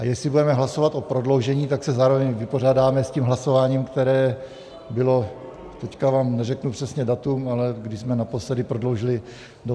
A jestli budeme hlasovat o prodloužení, tak se zároveň vypořádáme s hlasováním, které bylo, teď vám neřeknu přesně datum, ale když jsme naposledy prodloužili do 27.